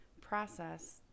process